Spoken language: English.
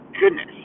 goodness